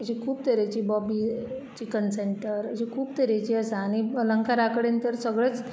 अशीं खूब तरेचीं बॉबी चिकन सँटर अशीं खूब तरेचीं आसा आनी अलंकारा कडेन तर सगळेच